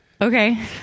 Okay